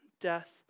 death